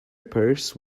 purse